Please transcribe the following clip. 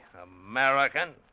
American